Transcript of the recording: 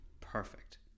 perfect